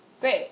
great